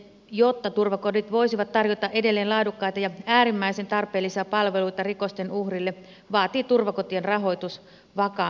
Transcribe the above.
jotta turvakodit voisivat tarjota edelleen laadukkaita ja äärimmäisen tarpeellisia palveluita rikosten uhreille vaatii turvakotien rahoitus vakaan pohjan